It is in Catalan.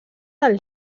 del